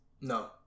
No